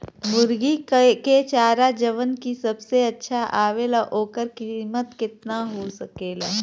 मुर्गी के चारा जवन की सबसे अच्छा आवेला ओकर कीमत केतना हो सकेला?